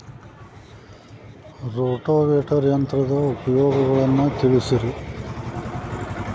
rotavator ಯಂತ್ರದ ಉಪಯೋಗಗಳನ್ನ ತಿಳಿಸಿರಿ